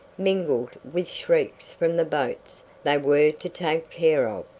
mingled with shrieks from the boats they were to take care of.